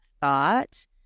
thought